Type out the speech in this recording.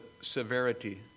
severity